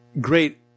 great